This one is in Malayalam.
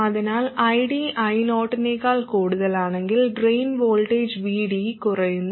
അതിനാൽ ID I0 നേക്കാൾ കൂടുതലാണെങ്കിൽ ഡ്രെയിൻ വോൾട്ടേജ് VD കുറയുന്നു